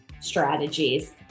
strategies